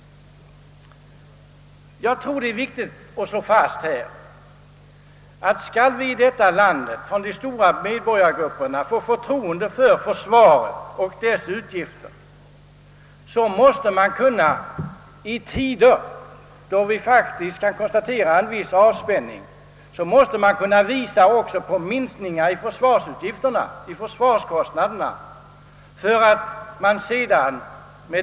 Jag tror det är viktigt att slå fast att man, om man skall vinna de stora medborgargruppernas förtroende för försvaret och dess utgifter, i tider då vi faktiskt kan konstatera en viss avspänning måste kunna peka på minskningar i försvarskostnaderna.